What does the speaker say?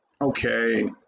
Okay